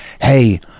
hey